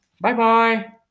Bye-bye